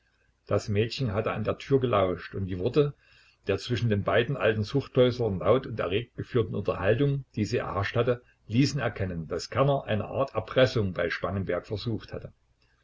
das mädchen hatte an der tür gelauscht und die worte der zwischen den beiden alten zuchthäuslern laut und erregt geführten unterhaltung die sie erhascht hatte ließen erkennen daß kerner eine art erpressung bei spangenberg versucht hatte